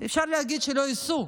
אפשר להגיד: שלא ייסעו.